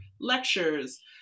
lectures